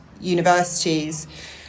universities